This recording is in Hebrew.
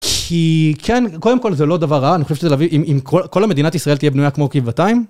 כי כן, קודם כל זה לא דבר רע, אני חושב שאם כל מדינת ישראל תהיה בנויה כמו גבעתיים.